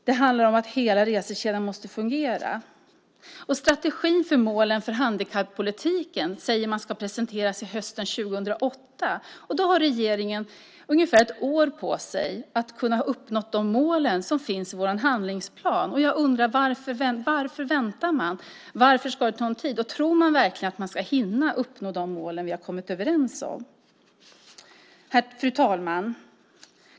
Det handlar om att hela resekedjan måste fungera. Strategin avseende målen för handikappolitiken säger man ska presenteras hösten 2008. Då har regeringen ungefär ett år på sig för att kunna uppnå de mål som finns i vår handlingsplan. Varför väntar man? Varför ska det ta sådan tid? Tror man verkligen att man ska hinna uppnå de mål som vi har kommit överens om? Fru talman!